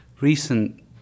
recent